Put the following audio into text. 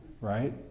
right